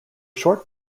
short